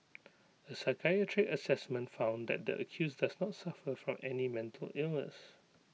A psychiatric Assessment found that the accused does not suffer from any mental illness